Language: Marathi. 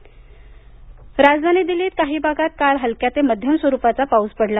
दिल्ली पाऊस राजधानी दिल्लीत काही भागात काल हलक्या ते मध्यम स्वरूपाचा पाऊस पडला